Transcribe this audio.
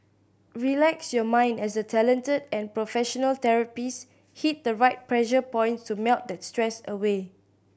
relax your mind as the talented and professional therapists hit the right pressure points to melt that stress away